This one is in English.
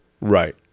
Right